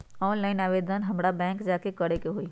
Online आवेदन हमरा bank जाके करे के होई?